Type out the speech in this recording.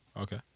Okay